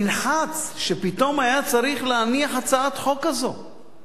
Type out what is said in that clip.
שפתאום היה צריך להניח הצעת חוק כזאת.